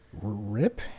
Rip